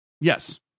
yes